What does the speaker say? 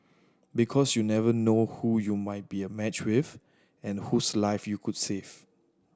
because you never know who you might be a match with and whose life you could save